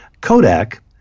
Kodak